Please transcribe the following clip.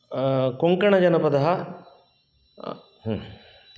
कोङ्कणजनपदः